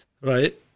Right